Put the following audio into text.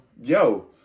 yo